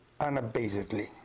unabatedly